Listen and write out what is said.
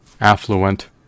affluent